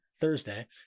Thursday